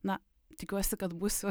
na tikiuosi kad būsiu